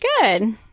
Good